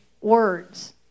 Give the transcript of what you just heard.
words